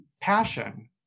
passion